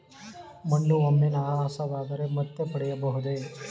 ಮಣ್ಣು ಒಮ್ಮೆ ನಾಶವಾದರೆ ಮತ್ತೆ ಪಡೆಯಬಹುದೇ?